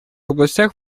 областях